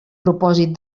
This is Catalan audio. propòsit